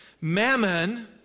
Mammon